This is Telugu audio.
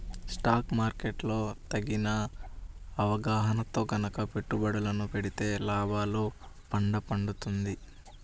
స్టాక్ మార్కెట్ లో తగిన అవగాహనతో గనక పెట్టుబడులను పెడితే లాభాల పండ పండుతుంది